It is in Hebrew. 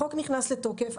החוק נכנס לתוקף,